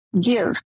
give